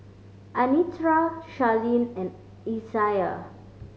Anitra Charline and Isaiah